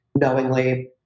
knowingly